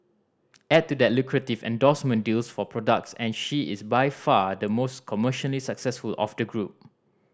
add to that lucrative endorsement deals for products and she is by far the most commercially successful of the group